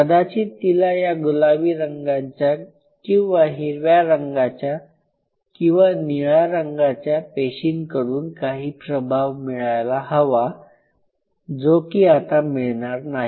कदाचीत तिला या गुलाबी रंगाच्या किंवा हिरव्या रंगाच्या किंवा निळ्या रंगाच्या पेशींकडून काही प्रभाव मिळायला हवा जो की आता मिळणार नाही